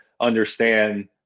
understand